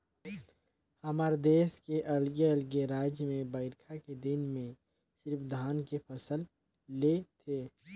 हमर देस के अलगे अलगे रायज में बईरखा के दिन में सिरिफ धान के फसल ले थें